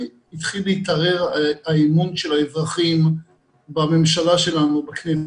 התחיל להתערער האמון של האזרחים בממשלה שלנו ובכנסת?